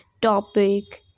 topic